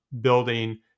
building